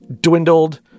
dwindled